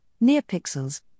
near-pixels